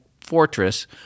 fortress